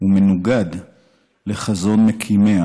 ומנוגד לחזון מקימיה,